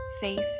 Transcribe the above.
faith